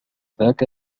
ذاك